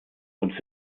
und